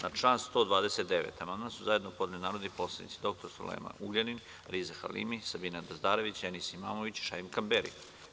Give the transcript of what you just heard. Na član 129. amandman su zajedno podneli narodni poslanici dr Sulejman Ugljanin, Riza Halimi, Sabina Dazdarević, Enis Imamović i Šaip Kamberi.